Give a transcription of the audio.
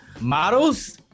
models